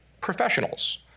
professionals